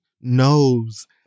knows